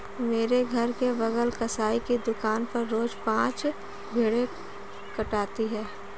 मेरे घर के बगल कसाई की दुकान पर रोज पांच भेड़ें कटाती है